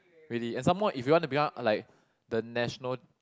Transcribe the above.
really and some more if you want to become like the national